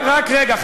רק רגע,